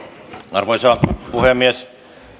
arvoisa puhemies